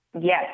Yes